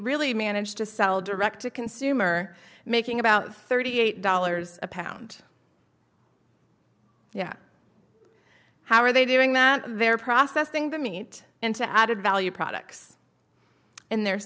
really managed to sell direct to consumer making about thirty eight dollars a pound yeah how are they doing that they're processing the meat into added value products in the